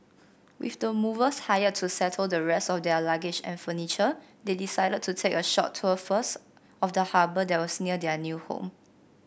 with the movers hired to settle the rest of their luggage and furniture they decided to take a short tour first of the harbour that was near their new home